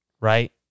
right